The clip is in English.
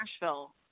Nashville